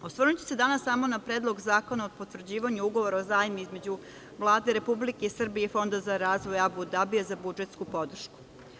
Osvrnuću se danas samo na Predlog zakona o potvrđivanju ugovora o zajmu između Vlade Republike Srbije i Fonda za razvoj Abu Dabiju za budžetsku podršku.